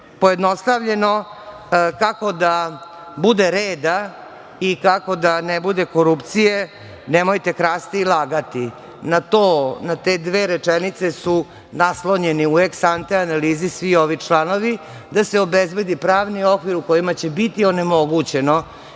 pojednostavljeno, kako da bude reda i kako da ne bude korupcije, nemojte krasti i lagati. Na to, na te dve rečenice su naslonjeni u eks ante analizi svi ovi članovi, da se obezbedi pravni okvir u kojima će biti onemogućeno